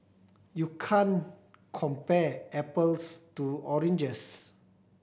you can't compare apples to oranges